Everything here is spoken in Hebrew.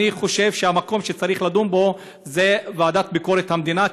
אני חושב שהמקום שצריך לדון בו זה ועדת ביקורת המדינה,